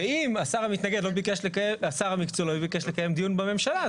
ואם השר המקצועי לא ביקש לקיים דיון בממשלה,